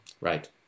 Right